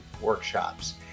workshops